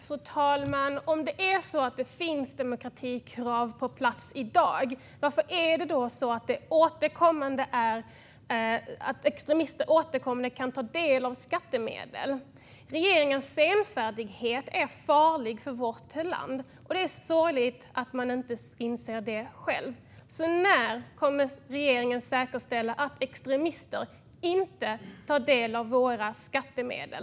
Fru talman! Om det finns demokratikrav på plats i dag, varför kan extremister återkommande ta del av skattemedel? Regeringens senfärdighet är farlig för vårt land, och det är sorgligt att man inte inser det själv. När kommer regeringen att säkerställa att extremister inte tar del av våra skattemedel?